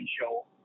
show